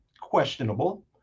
questionable